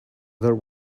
there